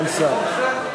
אין שר.